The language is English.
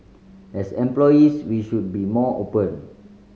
as employees we should be more open